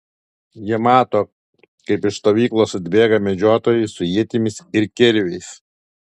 jie mato kaip iš stovyklos atbėga medžiotojai su ietimis ir kirviais